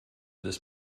this